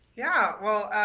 yeah, well,